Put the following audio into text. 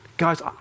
Guys